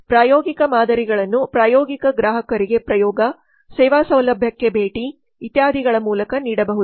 ಪ್ರಾಯೋಗಿಕ ಮಾದರಿಗಳನ್ನು ಪ್ರಾಯೋಗಿಕ ಗ್ರಾಹಕರಿಗೆ ಪ್ರಯೋಗ ಸೇವಾ ಸೌಲಭ್ಯಕ್ಕೆ ಭೇಟಿ ಇತ್ಯಾದಿಗಳ ಮೂಲಕ ನೀಡಬಹುದು